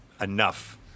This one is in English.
enough